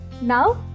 Now